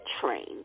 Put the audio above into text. train